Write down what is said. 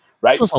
right